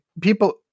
people